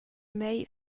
mei